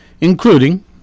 including